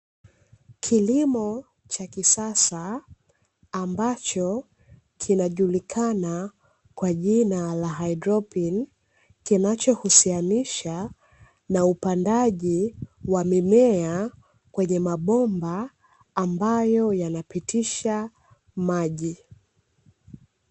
Kilimo cha kisasa ambacho kinajulikana kwa jina la haidroponi, kinachohusianisha na upandaji wa mimea kwenye mabomba ambayo yanapitisha maji.